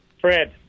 Fred